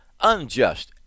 Unjust